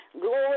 glory